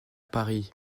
paris